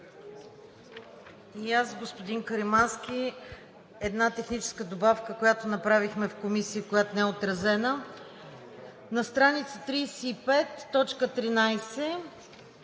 Господин Каримански една техническа добавка, която направихме в Комисията и която не е отразена. На стр. 35